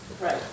right